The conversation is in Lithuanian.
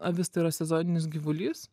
avis tai yra sezoninis gyvulys